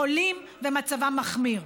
חולים, ומצבם מחמיר.